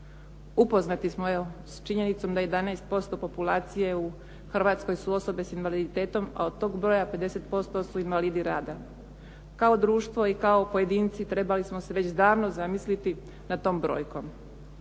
Upoznati smo evo s činjenicom da 11% populacije u Hrvatskoj su osobe s invaliditetom, a od tog broja 50% su invalidi rada. Kao društvo i kao pojedinci trebali smo se već davno zamisliti nad tom brojkom.